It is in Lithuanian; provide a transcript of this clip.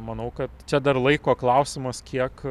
manau kad čia dar laiko klausimas kiek